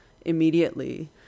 immediately